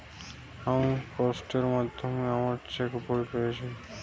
আমি পোস্টের মাধ্যমে আমার চেক বই পেয়েছি